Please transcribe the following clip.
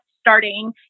starting